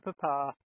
Papa